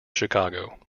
chicago